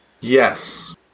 Yes